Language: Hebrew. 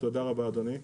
תודה רבה, אדוני.